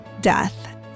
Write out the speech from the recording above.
death